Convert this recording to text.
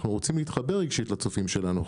אנחנו רוצים להתחבר רגשית לצופים שלנו.